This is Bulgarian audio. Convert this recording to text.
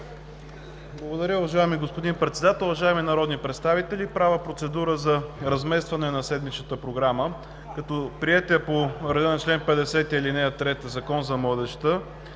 Благодаря, уважаеми господин Председател. Уважаеми народни представители, правя процедура за разместване на седмичната програма, като приетият по реда на чл. 50, ал. 3 Закон за младежта